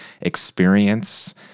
experience